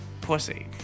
pussy